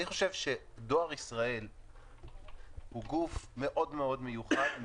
אני חושב שדואר ישראל הוא גוף מאוד מאוד מיוחד,